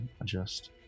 adjust